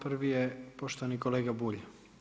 Prvi je poštovani kolega Bulj.